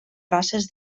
races